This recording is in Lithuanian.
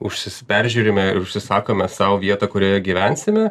užsis peržiūrime ir užsisakome sau vietą kurioje gyvensime